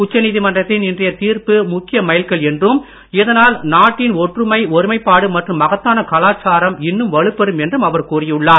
உச்சநிதிமன்றத்தின் இன்றைய தீர்ப்பு முக்கிய மைல்கள் என்றும் இதனால் நாட்டின் ஒற்றுமை ஒருமைப்பாடு மற்றும் மகத்தான கலாச்சாரம் இன்னும் வலுப்பேறும் என்றும் அவர் கூறியுள்ளார்